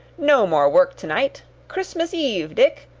no more work to-night. christmas eve, dick.